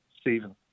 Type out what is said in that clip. Stephen